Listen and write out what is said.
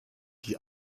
die